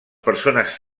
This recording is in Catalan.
persones